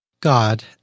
God